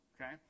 Okay